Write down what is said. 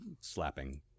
Slapping